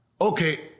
okay